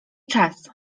czas